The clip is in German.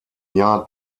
jahr